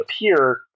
appear